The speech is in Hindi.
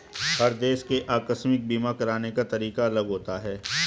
हर देश के आकस्मिक बीमा कराने का तरीका अलग होता है